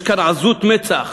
יש כאן עזות מצח.